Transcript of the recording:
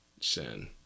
sin